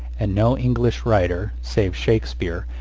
and no english writer, save shakespeare,